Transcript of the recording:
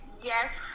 yes